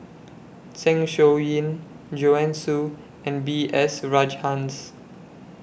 Zeng Shouyin Joanne Soo and B S Rajhans